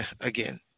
again